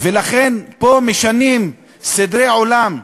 ולכן, פה משנים סדרי עולם,